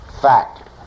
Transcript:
fact